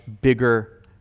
bigger